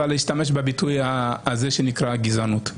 ואשתמש בביטוי שנקרא "גזענות".